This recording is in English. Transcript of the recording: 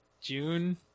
June